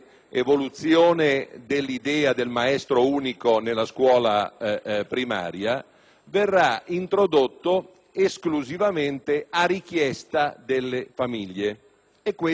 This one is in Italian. verrà introdotto esclusivamente a richiesta delle famiglie. Questa è la prima cosa che ha detto oggi il Ministro al termine - mi pare - di un incontro con le parti sociali.